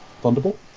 Thunderbolt